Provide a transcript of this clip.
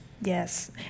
Yes